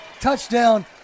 Touchdown